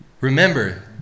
remember